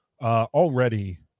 Already